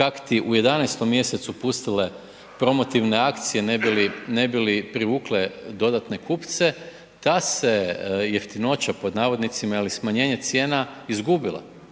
kakti u 11. mjesecu pustile promotivne akcije ne bi li privukle dodatne kupce, ta se jeftinoća pod navodnicima, ili smanjenje cijena izgubila.